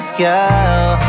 girl